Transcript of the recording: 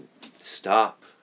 stop